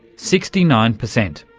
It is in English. sixty nine percent.